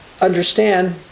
understand